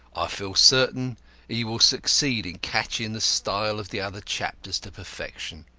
i feel certain he will succeed in catching the style of the other chapters to perfection.